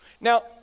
Now